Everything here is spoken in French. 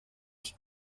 qui